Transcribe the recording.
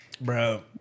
Bro